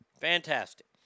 Fantastic